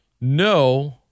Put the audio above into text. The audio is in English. No